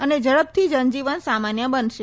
અને ઝડપથી જનજીવન સામાન્ય બનશે